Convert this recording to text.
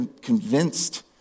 convinced